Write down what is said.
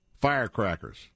firecrackers